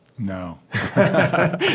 No